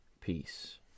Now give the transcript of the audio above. Peace